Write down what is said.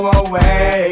away